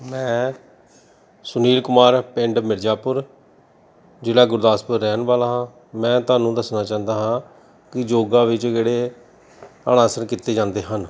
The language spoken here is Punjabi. ਮੈਂ ਸੁਨੀਲ ਕੁਮਾਰ ਪਿੰਡ ਮਿਰਜਾਪੁਰ ਜ਼ਿਲ੍ਹਾ ਗੁਰਦਾਸਪੁਰ ਰਹਿਣ ਵਾਲਾ ਹਾਂ ਮੈਂ ਤੁਹਾਨੂੰ ਦੱਸਣਾ ਚਾਹੁੰਦਾ ਹਾਂ ਕਿ ਯੋਗਾ ਵਿੱਚ ਕਿਹੜੇ ਆਸਣ ਕੀਤੇ ਜਾਂਦੇ ਹਨ